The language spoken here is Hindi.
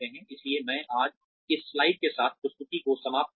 इसलिए मैं आज इस स्लाइड के साथ प्रस्तुति को समाप्त करुंगा